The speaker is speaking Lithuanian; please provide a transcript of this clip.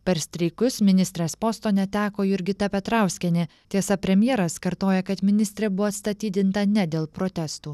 per streikus ministrės posto neteko jurgita petrauskienė tiesa premjeras kartoja kad ministrė buvo atstatydinta ne dėl protestų